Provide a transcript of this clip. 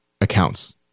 accounts